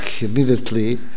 immediately